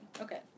Okay